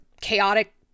chaotic